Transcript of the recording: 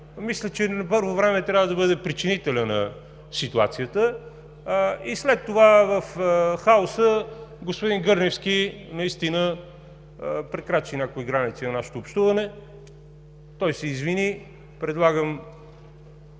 мисля, че на първо време това трябва да бъде причинителят на ситуацията и след това, в хаоса, господин Гърневски наистина прекрачи някои граници на нашето общуване – той се извини. Предлагам